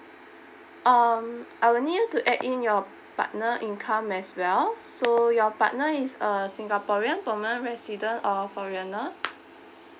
um I'll need you to add in your partner income as well so your partner is a singaporean permanent resident or foreigner